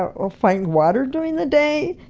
or or find water during the day.